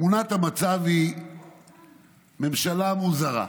תמונת המצב היא ממשלה מוזרה,